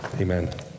Amen